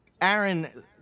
Aaron